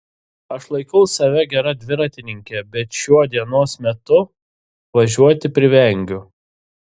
aš laikau save gera dviratininke bet šiuo dienos metu važiuoti privengiu